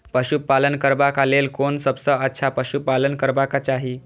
पशु पालन करबाक लेल कोन सबसँ अच्छा पशु पालन करबाक चाही?